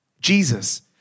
Jesus